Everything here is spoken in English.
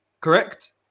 Correct